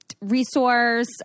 resource